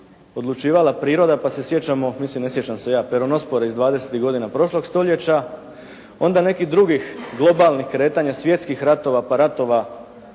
odlučivala priroda pa se sjećamo, mislim ne sjećam se ja, peronospore iz dvadesetih godina prošlog stoljeća, onda nekih drugih glodanih kretanja, svjetskih ratova, pa ratova,